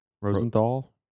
Rosenthal